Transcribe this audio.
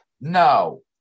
No